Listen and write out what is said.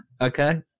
Okay